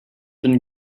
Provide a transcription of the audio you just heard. been